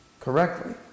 correctly